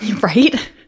Right